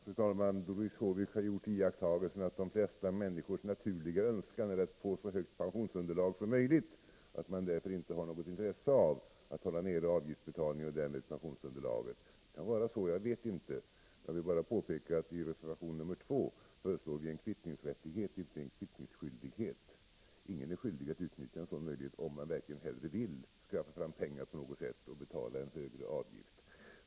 Fru talman! Doris Håvik har gjort iakttagelsen att de flesta människors naturliga önskan är att få ett så högt pensionsunderlag som möjligt och att de därför inte har något intresse av att hålla nere avgiftsbetalningen och därmed pensionsunderlaget. Det kan vara så — jag vet inte. Jag vill bara påpeka att i reservation nr 2 föreslår vi en kvittningsrättighet, inte en kvittningsskyldighet. Ingen är skyldig att utnyttja den här möjligheten om man verkligen hellre vill skaffa fram pengar på något sätt och betala en högre avgift.